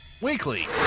weekly